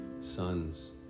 sons